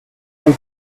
cinq